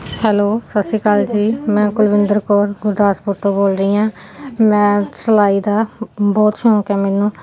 hello ਸਤਿ ਸ਼੍ਰੀ ਅਕਾਲ ਜੀ ਮੈਂ ਕੁਲਵਿੰਦਰ ਕੌਰ ਗੁਰਦਾਸਪੁਰ ਤੋਂ ਬੋਲ ਰਹੀ ਹਾਂ ਮੈਂ ਸਿਲਾਈ ਦਾ ਬਹੁਤ ਸ਼ੌਕ ਹੈ ਮੈਨੂੰ